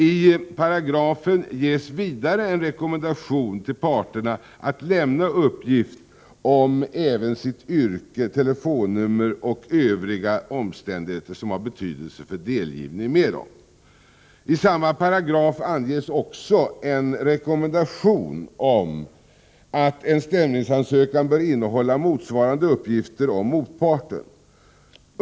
I paragrafen ges vidare en rekommendation till parterna att de skall lämna uppgift även om sitt yrke, telefonnummer och övriga omständigheter som har betydelse för delgivning med dem. I samma paragraf anges också en rekommendation om att en stämningsansökan bör innehålla motsvarande uppgifter om motparten.